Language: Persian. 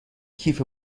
کیف